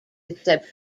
except